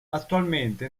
attualmente